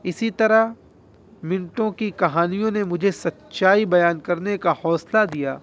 اسی طرح منٹو کی کہانیوں نے مجھے سچائی بیان کرنے کا حوصلہ دیا